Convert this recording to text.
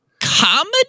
comedy